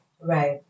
Right